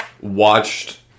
watched